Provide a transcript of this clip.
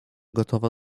gotowa